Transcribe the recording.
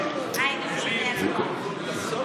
חברות וחברי הכנסת,